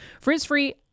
Frizz-free